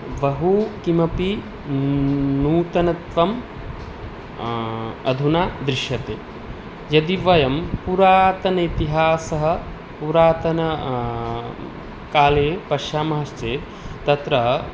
बहु किमपि न् नूतनत्वं अधुना दृश्यते यदि वयं पूरातन इतिहासं पुरातन काले पश्यामः चेत् तत्र